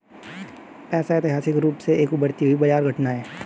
पैसा ऐतिहासिक रूप से एक उभरती हुई बाजार घटना है